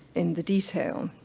in the detail.